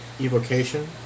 evocation